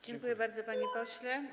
Dziękuję bardzo, panie pośle.